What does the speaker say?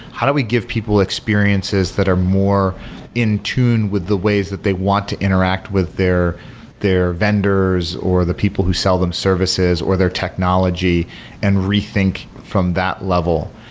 how do we give people experiences that are more in tune with the ways that they want to interact with their their vendors, or the people who sell them services, or their technology and rethink from that level?